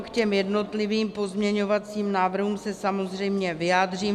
K těm jednotlivým pozměňovacím návrhům se samozřejmě vyjádřím.